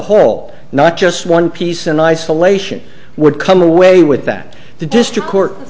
whole not just one piece in isolation would come away with that the district court